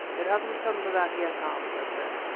it hasn't come to that yet, hans, i said.